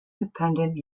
dependent